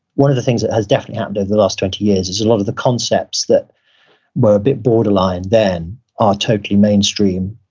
one of the things that has definitely happened over the last twenty years is a lot of the concepts that were a bit borderline then are totally mainstream.